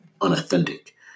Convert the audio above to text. unauthentic